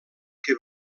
que